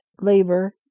labor